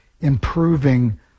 improving